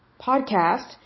podcast